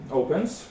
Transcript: opens